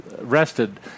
rested